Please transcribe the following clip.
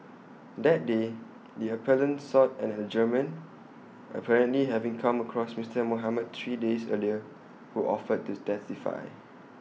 that day the appellant sought an adjournment apparently having come across Mister Mohamed three days earlier who offered to testify